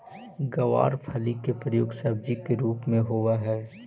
गवारफली के प्रयोग सब्जी के रूप में होवऽ हइ